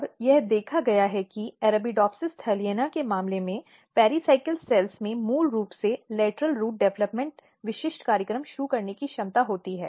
और यह देखा गया है कि Arabidopsis thaliana के मामले में इन पेराइकल कोशिकाओं में मूल रूप से लेटरल रूट डिविलप्मिन्टल विशिष्ट कार्यक्रम शुरू करने की क्षमता होती है